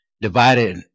divided